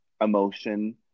emotion